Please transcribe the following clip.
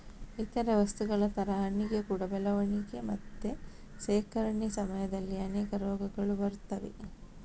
ಇತರೇ ವಸ್ತುಗಳ ತರ ಹಣ್ಣಿಗೆ ಕೂಡಾ ಬೆಳವಣಿಗೆ ಮತ್ತೆ ಶೇಖರಣೆ ಸಮಯದಲ್ಲಿ ಅನೇಕ ರೋಗಗಳು ಬರ್ತವೆ